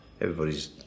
Everybody's